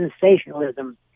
sensationalism